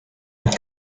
your